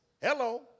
hello